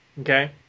Okay